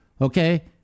Okay